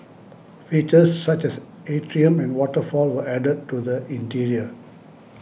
features such as atrium and waterfall were added to the interior